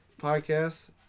podcast